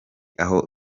aho